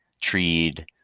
treed